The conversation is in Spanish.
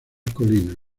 colinas